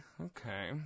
okay